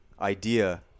idea